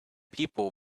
people